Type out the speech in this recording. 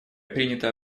принятые